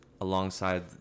alongside